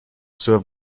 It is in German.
zur